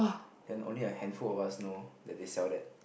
then only a handful of us know that they sell that